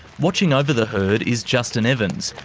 watching over the herd is justin evans,